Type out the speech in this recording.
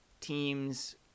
teams